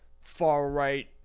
far-right